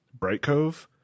Brightcove